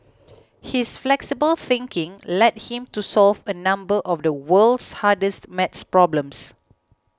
his flexible thinking led him to solve a number of the world's hardest math problems